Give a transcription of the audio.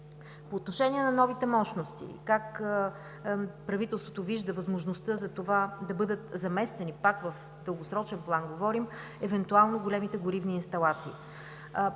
По отношение на новите мощности и как правителството вижда възможността да бъдат заместени, пак говорим в дългосрочен план, евентуално за големите горивни инсталации.